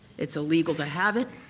it's illegal to have it,